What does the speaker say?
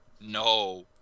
No